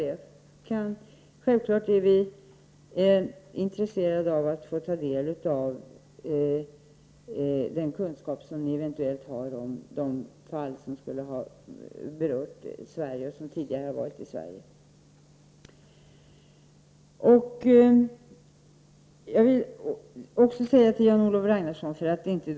Det finns inte någon anledning att tro att det skulle finnas någon skillnad vad gäller å ena sidan dessa kurder och å andra sidan de kurder som söker asyl i Sverige. Jag tycker att regeringen också bör ta del av de här uppgifterna. Svensk flyktingpolitik har blivit inte bara hård utan också omänsklig. Regeringen har faktiskt visat sig vara beredd att utvisa människor i strid mot FN-konventionen om skyddet av de mänskliga rättigheterna och FN:s konvention mot tortyr.